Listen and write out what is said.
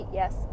yes